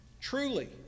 Truly